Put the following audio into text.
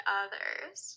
others